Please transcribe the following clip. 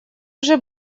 уже